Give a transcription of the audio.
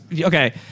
Okay